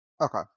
Okay